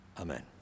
Amen